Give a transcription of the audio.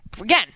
again